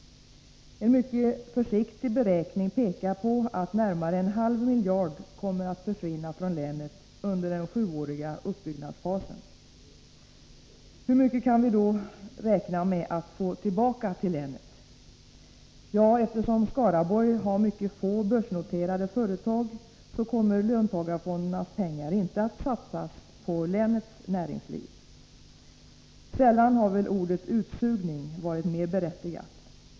En mycket försiktig beräkning pekar på att närmare en halv miljard kommer att försvinna från länet under den sjuåriga uppbyggnadsfasen. Hur mycket kan vi då räkna med att få tillbaka till länet? Ja, eftersom Skaraborg har mycket få börsnoterade företag kommer löntagarfondernas pengar inte att satsas på länets näringsliv. Sällan har väl ordet utsugning varit mer berättigat.